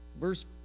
verse